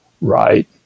right